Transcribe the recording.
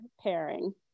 pairing